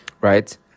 right